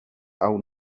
awn